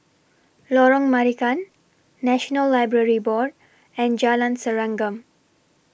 Lorong Marican National Library Board and Jalan Serengam